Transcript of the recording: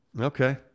Okay